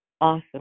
awesome